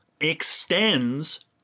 extends